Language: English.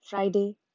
Friday